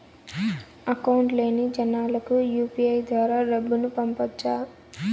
Account లేని జనాలకు UPI ద్వారా డబ్బును పంపొచ్చా?